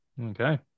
okay